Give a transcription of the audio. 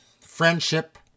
friendship